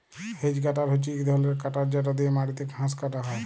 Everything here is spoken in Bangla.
হেজ কাটার হছে ইক ধরলের কাটার যেট দিঁয়ে মাটিতে ঘাঁস কাটা হ্যয়